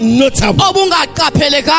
notable